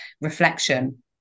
reflection